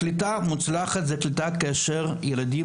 קליטה מוצלחת היא קליטה כאשר ילדים